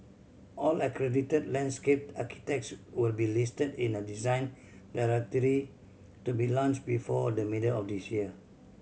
all accredited landscape architects will be listed in a Design Directory to be launched before the middle of this year